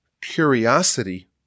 curiosity